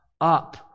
up